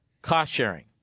Cost-sharing